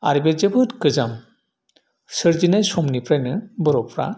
आरो बे जोबोद गोजाम सोरजिनाय समनिफ्रायनो बर'फ्रा